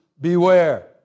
beware